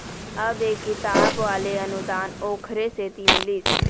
अब ये किताब वाले अनुदान ओखरे सेती मिलिस